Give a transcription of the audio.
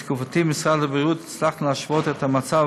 בתקופתי במשרד הבריאות הצלחנו להשוות את המצב